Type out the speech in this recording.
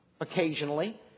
occasionally